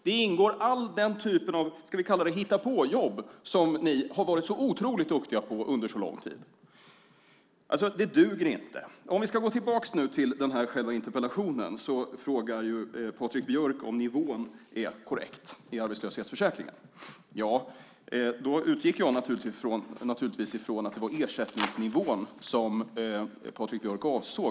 Där ingår alla typer av, ska vi kalla det, hitta-på-jobb som ni har varit så otroligt duktiga på under så lång tid. Det duger inte. Låt oss gå tillbaka till själva interpellationen. Patrik Björck frågar om nivån i arbetslöshetsförsäkringen är korrekt. Ja, då utgick jag naturligtvis ifrån att det var ersättningsnivån som Patrik Björck avsåg.